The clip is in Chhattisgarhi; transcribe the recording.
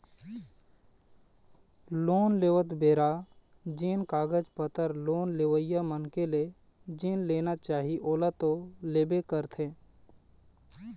लोन देवत बेरा जेन कागज पतर लोन लेवइया मनखे ले जेन लेना चाही ओला तो लेबे करथे